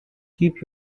keep